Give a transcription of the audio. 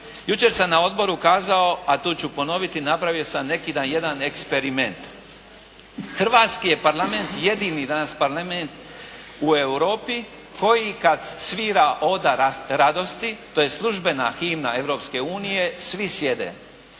Jučer sam na odboru kazao a tu ću ponoviti. Napravio sam neki dan jedan eksperiment. Hrvatski je parlament jedini danas parlament u Europi koji kad svira "Oda radosti", to je službena himna Europske unije svi sjede.